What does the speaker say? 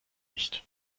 nicht